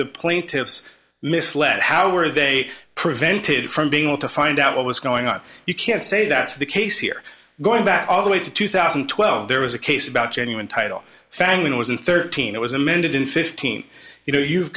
the plaintiffs misled how were they prevented from being able to find out what was going on you can't say that's the case here going back all the way to two thousand and twelve there was a case about genuine title phangan was in thirteen it was amended in fifteen you know you've